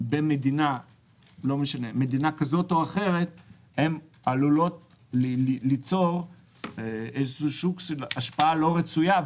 במדינה כזו או אחרת עלולות ליצור השפעה לא רצויה,